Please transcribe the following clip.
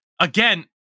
again